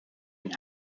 and